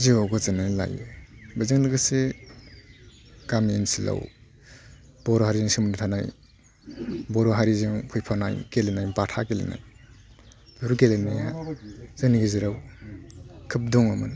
जिउआव गोजोननाय लायो बेजों लोगोसे गामि ओनसोलाव बर' हारिनि सोमोन्दो थानाय बर' हारिजों फैफानाय गेलेनाय बाथा गेलेनाय बेफोर गेलेनाया जोंनि गेजेराव खोब दङमोन